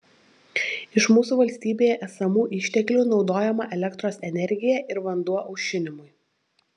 iš mūsų valstybėje esamų išteklių naudojama elektros energija ir vanduo aušinimui